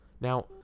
Now